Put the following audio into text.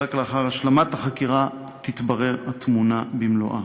ורק לאחר השלמת החקירה תתברר התמונה במלואה.